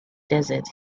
desert